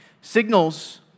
signals